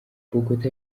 bokota